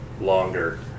longer